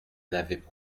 n’avaient